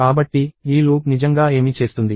కాబట్టి ఈ లూప్ నిజంగా ఏమి చేస్తుంది